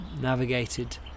navigated